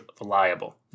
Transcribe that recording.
reliable